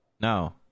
No